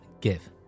give